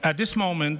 at this moment,